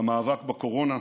במאבק בקורונה,